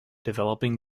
developing